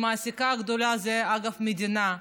והמעסיקה הגדולה, אגב, היא המדינה,